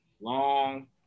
long